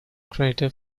crater